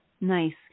nice